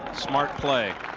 smart. play